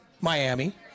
Miami